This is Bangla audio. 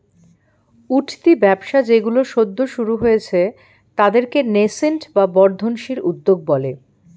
উঠতি ব্যবসা যেইগুলো সদ্য শুরু হয়েছে তাদেরকে ন্যাসেন্ট বা বর্ধনশীল উদ্যোগ বলে